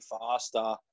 faster